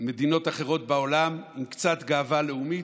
מדינות אחרות בעולם, עם קצת גאווה לאומית,